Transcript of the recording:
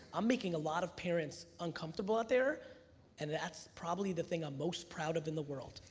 i'm making a lot of parents uncomfortable out there and that's probably the thing i'm most proud of in the world.